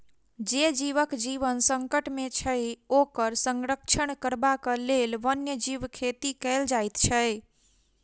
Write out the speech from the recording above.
जे जीवक जीवन संकट मे छै, ओकर संरक्षण करबाक लेल वन्य जीव खेती कयल जाइत छै